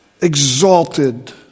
exalted